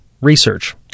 research